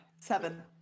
seven